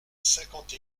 cinquante